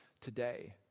today